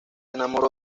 enamoró